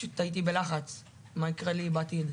פשוט הייתי בלחץ ממה שיקרה לי בעתיד.